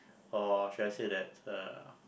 or should I say that uh